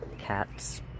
cat's